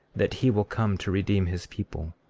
that he will come to redeem his people,